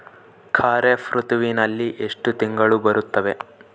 ಖಾರೇಫ್ ಋತುವಿನಲ್ಲಿ ಎಷ್ಟು ತಿಂಗಳು ಬರುತ್ತವೆ?